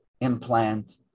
implant